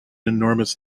enormous